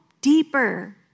deeper